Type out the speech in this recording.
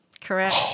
Correct